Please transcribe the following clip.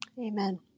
Amen